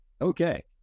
Okay